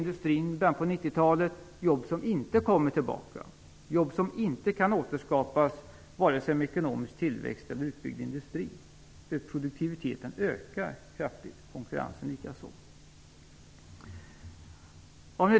Det var jobb som inte kommer tillbaka och som inte kan återskapas vare sig med ekonomisk tillväxt eller utbyggd industri, för produktiviteten ökar kraftigt och konkurrensen likaså.